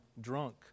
drunk